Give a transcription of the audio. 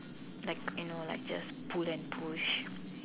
like you know like just pull and push